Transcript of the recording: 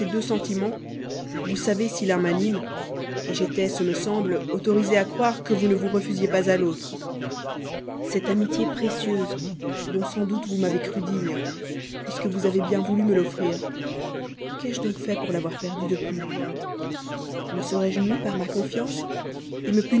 deux sentiments vous savez si l'un m'anime j'étais ce me semble autorisé à croire que vous ne vous refusiez pas l'autre cette amitié précieuse dont sans doute vous m'avez cru digne puisque vous avez bien voulu me l'offrir qu'ai-je donc fait pour l'avoir perdue depuis me serais-je nui par ma confiance me